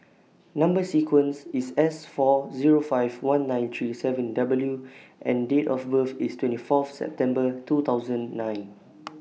Number sequence IS S four Zero five one nine three seven W and Date of birth IS twenty Fourth September two thousand nine